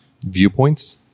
viewpoints